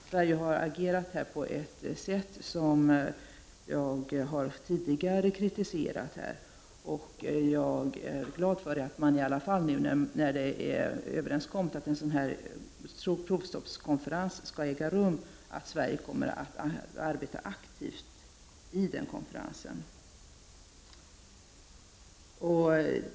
Sverige har tidigare agerat på ett sätt som jag har kritiserat, och jag är glad för att Sverige nu, när det är överenskommet att en sådan här provstoppskonferens skall äga rum, kommer att arbeta aktivt i den konferensen.